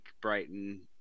Brighton